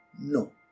No